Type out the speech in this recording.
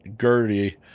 Gertie